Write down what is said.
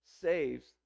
saves